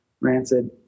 rancid